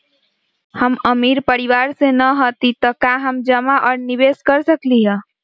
हम अमीर परिवार से न हती त का हम जमा और निवेस कर सकली ह?